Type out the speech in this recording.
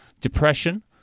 Depression